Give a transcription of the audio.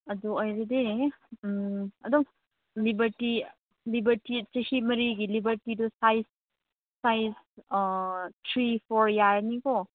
ꯑꯗꯨ ꯑꯣꯏꯔꯗꯤ ꯎꯝ ꯑꯗꯨꯝ ꯂꯤꯕꯔꯇꯤ ꯂꯤꯕꯔꯇꯤ ꯆꯍꯤ ꯃꯔꯤꯒꯤ ꯂꯤꯕꯔꯇꯤꯗꯨ ꯁꯥꯏꯖ ꯁꯥꯏꯖ ꯊ꯭ꯔꯤ ꯐꯣꯔ ꯌꯥꯔꯅꯤꯀꯣ